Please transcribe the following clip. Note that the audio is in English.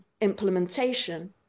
implementation